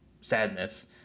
sadness